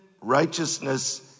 righteousness